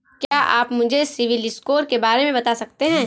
क्या आप मुझे सिबिल स्कोर के बारे में बता सकते हैं?